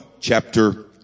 chapter